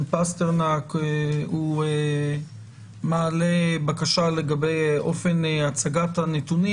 פסטרנק שהוא מעלה בקשה לגבי אופן הצגת הנתונים.